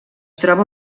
troba